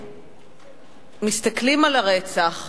כשמסתכלים על הרצח,